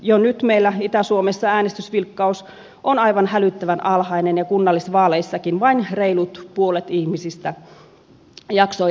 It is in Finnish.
jo nyt meillä itä suomessa äänestysvilkkaus on aivan hälyttävän alhainen ja kunnallisvaaleissakin vain reilut puolet ihmisistä jaksoi äänestysuurnille saakka